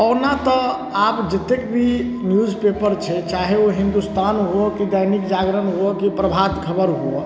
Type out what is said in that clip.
कहुना तऽ आब जतेक भी न्यूज पेपर छै चाहे ओ हिन्दुस्तान हुअ कि दैनिक जागरण हुअ कि प्रभात खबर हुअऽ